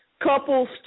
Couples